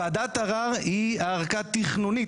וועדת הערר היא ארכה תכנונית.